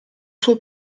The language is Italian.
suo